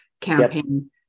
campaign